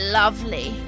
lovely